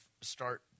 start